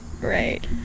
Right